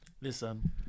Listen